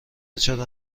چرا